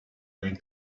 they